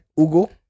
Ugo